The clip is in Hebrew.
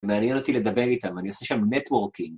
מעניין אותי לדבר איתם, אני עושה שם נטוורקינג.